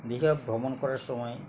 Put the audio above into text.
দীঘা ভ্রমণ করার সময়